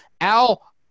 Al